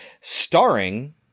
starring